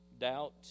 Doubt